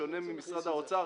בשונה ממשרד האוצר,